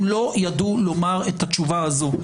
הם לא ידעו לומר את התשובה הזו.